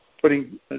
putting